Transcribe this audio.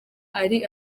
ari